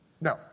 No